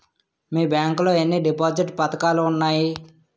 మీ bank లో ఎన్ని deposit పథకాలు ఉన్నాయి?